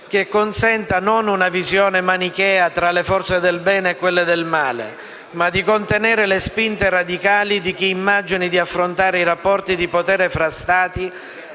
che consenta non una visione manichea tra le forze del bene e quelle del male, ma di contenere le spinte radicali di chi immagini di affrontare i rapporti di potere fra Stati